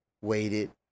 waited